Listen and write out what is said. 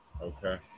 Okay